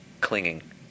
clinging